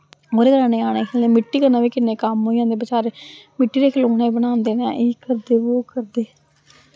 ओह्दे कन्नै ञ्यानें खेलदे न मिट्टी कन्नै बी किन्ने कम्म होई जंदे बेचारे मिट्टी दे खलौने बी बनांदे न एह् करदे वो करदे